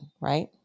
right